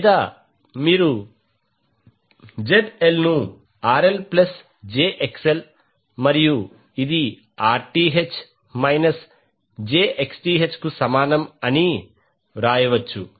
లేదా మీరు ZL ను RL ప్లస్ jXL మరియు ఇది Rth మైనస్ jXth కు సమానం అని వ్రాయచ్చు